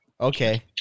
Okay